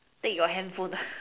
take your handphone